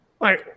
right